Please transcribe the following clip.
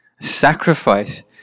Sacrifice